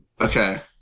Okay